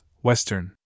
Western